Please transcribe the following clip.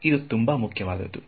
ಇದು ತುಂಬಾ ಮುಖ್ಯವಾದದ್ದು